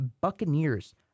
Buccaneers